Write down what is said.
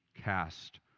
cast